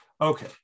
Okay